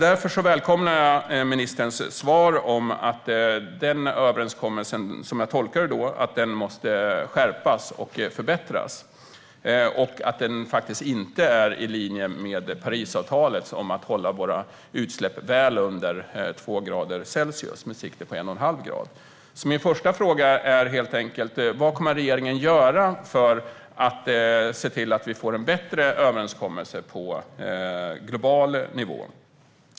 Därför välkomnar jag ministerns svar om att den överenskommelsen, som jag tolkar det, måste skärpas och förbättras och att den inte är i linje med Parisavtalet om att hålla våra utsläpp väl under två grader Celsius med sikte på 1,5 grader. Min första fråga är helt enkelt: Vad kommer regeringen att göra för att se till att vi får en bättre överenskommelse på global nivå?